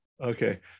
Okay